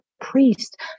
priest